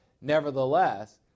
Nevertheless